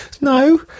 no